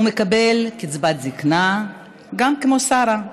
גם הוא מקבל קצבת זקנה כמו שרה,